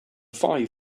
five